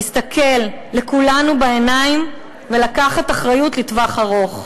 להסתכל לכולנו בעיניים ולקחת אחריות לטווח ארוך.